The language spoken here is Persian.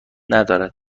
ندارد